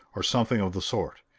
or something of the sort!